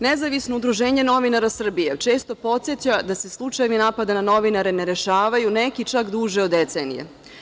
Nezavisno udruženje novinara Srbije često podseća da se slučajevi napada na novinare ne rešavaju, neki čak duže od decenije.